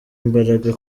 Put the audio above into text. imbaraga